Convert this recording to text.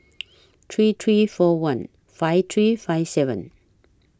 three three four one five three five seven